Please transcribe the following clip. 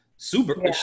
Super